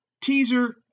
teaser